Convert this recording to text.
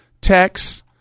text